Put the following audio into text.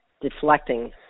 deflecting